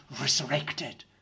resurrected